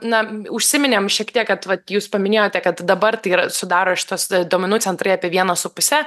na užsiminėm šiek tiek kad vat jūs paminėjote kad dabar tai yra sudaro šitos duomenų centrai apie vieną su puse